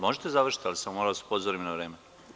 Možete da završite, samo da vas upozorim na vreme.